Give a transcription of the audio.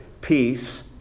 peace